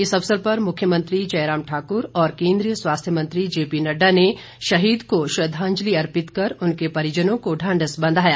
इस अवसर पर मुख्यमंत्री जयराम ठाक्र और केन्द्रीय स्वास्थ्य मंत्री जेपीनड़डा ने शहीद को श्रद्वांजलि अर्पित कर उनके परिजनों को ढांढस बंधाया